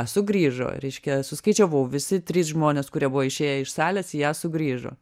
sugrįžo reiškia suskaičiavau visi trys žmonės kurie buvo išėję iš salės į ją sugrįžo